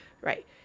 Right